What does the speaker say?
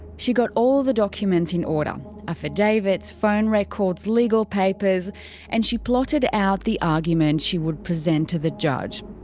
she got all the documents in order affidavits, phone records, legal papers and she plotted out the argument she would present to the judge.